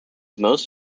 most